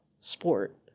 sport